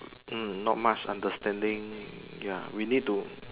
mm not much understanding ya we need to